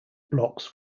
blocks